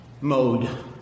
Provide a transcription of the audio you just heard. mode